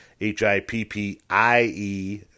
H-I-P-P-I-E